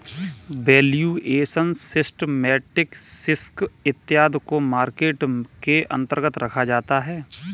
valuation, systematic risk इत्यादि को market के अंतर्गत रखा जाता है